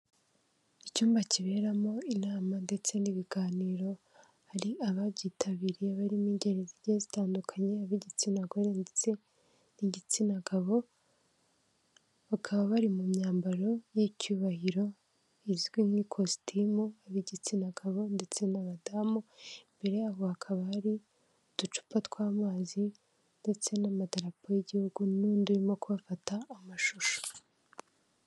Icyumba kiberamo inama ndetse n'ibiganiro, hari ababyitabiriye barimo ingeri zigiye zitandukanye ab'igitsina gore ndetse n'igitsina gabo, bakaba bari mu myambaro y'icyubahiro izwi nk'ikositimu ab'igitsina gabo ndetse n'abadamu, imbere yabo hakaba hari uducupa tw'amazi ndetse n'amadarapo y'igihugu n'undi urimo kubafata amashusho.